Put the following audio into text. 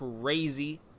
crazy